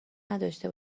نداشته